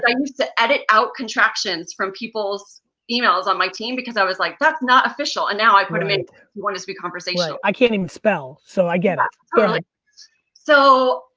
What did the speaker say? like to edit out contractions from people's emails on my team because i was like, that's not official. and now, i put them if we wanna speak conversational. right, i can't even spell, so i get it. go like so